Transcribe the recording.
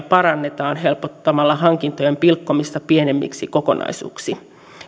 parannetaan helpottamalla hankintojen pilkkomista pienemmiksi kokonaisuuksiksi